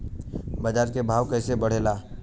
बाजार के भाव कैसे बढ़े ला?